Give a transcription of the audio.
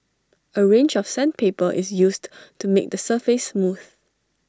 A range of sandpaper is used to make the surface smooth